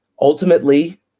Ultimately